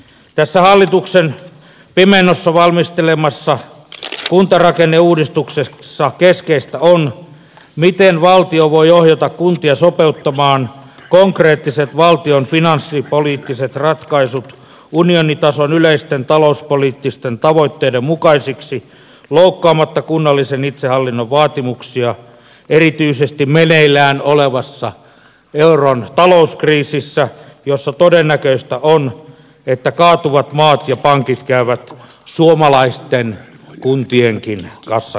tässä hallituksen pimennossa valmistelemassa kuntarakenneuudistuksessa keskeistä on miten valtio voi ohjata kuntia sopeuttamaan konkreettiset valtion finanssipoliittiset ratkaisut unionitason yleisten talouspoliittisten tavoitteiden mukaisiksi loukkaamatta kunnallisen itsehallinnon vaatimuksia erityisesti meneillään olevassa euron talouskriisissä jossa todennäköistä on että kaatuvat maat ja pankit käyvät suomalaisten kuntienkin kassakaapeilla